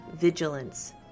vigilance